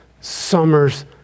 summer's